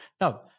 Now